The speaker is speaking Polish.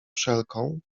wszelką